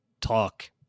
talk